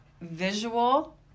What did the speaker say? visual